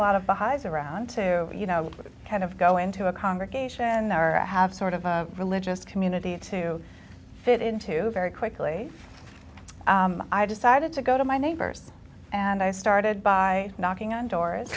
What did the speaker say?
lot of the highs around to you know kind of go into a congregation are have sort of a religious community to fit into very quickly i decided to go to my neighbors and i started by knocking on doors